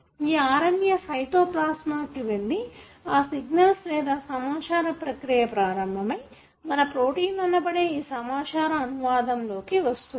ఈ RNA cytoplasm లో వెళ్ళి ఆ సిగ్నల్స్ లేదా సమాచార ప్రక్రియ ప్రారంభమై మన ప్రోటీన్ అనబడేది ఈ సమాచార అనువాదం లో వస్తుంది